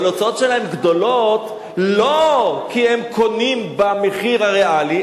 אבל ההוצאות שלהם גדולות לא כי הם קונים במחיר הריאלי,